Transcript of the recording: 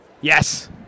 Yes